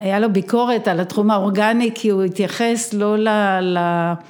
‫היה לו ביקורת על התחום האורגני ‫כי הוא התייחס לא ל...